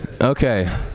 Okay